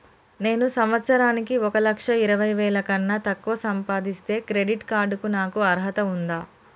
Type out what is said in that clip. నేను సంవత్సరానికి ఒక లక్ష ఇరవై వేల కన్నా తక్కువ సంపాదిస్తే క్రెడిట్ కార్డ్ కు నాకు అర్హత ఉందా?